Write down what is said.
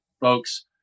folks